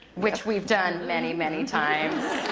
which we've done many, many times.